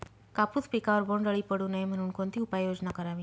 कापूस पिकावर बोंडअळी पडू नये म्हणून कोणती उपाययोजना करावी?